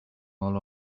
all